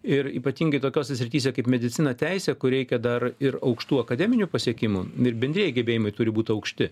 ir ypatingai tokiose srityse kaip medicina teisė kur reikia dar ir aukštų akademinių pasiekimų ir bendrieji gebėjimai turi būt aukšti